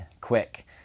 quick